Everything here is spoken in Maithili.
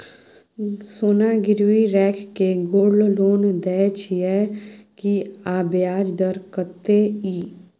सोना गिरवी रैख के गोल्ड लोन दै छियै की, आ ब्याज दर कत्ते इ?